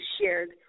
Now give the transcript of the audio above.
shared